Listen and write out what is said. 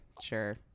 sure